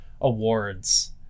awards